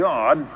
God